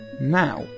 now